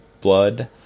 blood